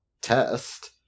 test